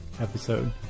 episode